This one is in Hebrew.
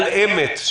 על אמת,